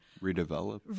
Redevelop